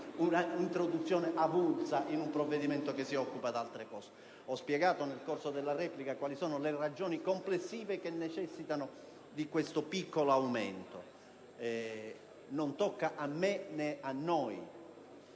una norma avulsa in un provvedimento che si occupa di altro. Ho spiegato nel corso della replica quali sono le ragioni complessive di questo piccolo aumento. Non tocca a me, né a noi